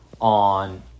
on